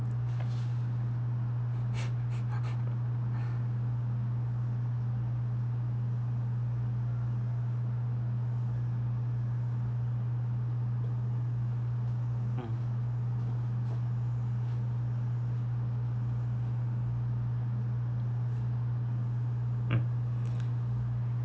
mm mm